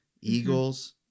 eagles